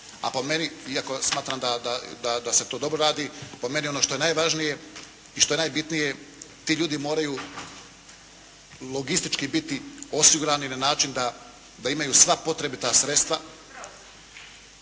a po meni iako smatram da se to dobro radi. Po meni ono što je najvažnije i što je najbitnije ti ljudi moraju logistički biti osigurani na način da imaju sva potrebita sredstva